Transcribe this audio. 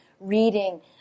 Reading